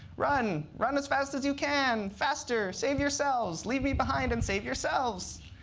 run! run as fast as you can! faster! save yourselves! leave me behind and save yourselves!